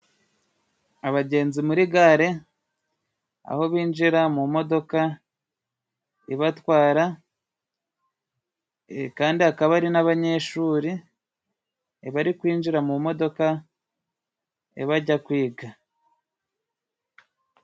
Abagenzi muri gare, aho binjira mu modoka ibatwara, kandi hakaba hari n'abanyeshuri bari kwinjira mu modoka bajya kwiga.